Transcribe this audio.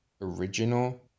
original